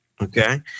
okay